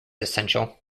essential